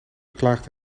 klaagden